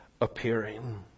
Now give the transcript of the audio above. appearing